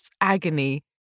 agony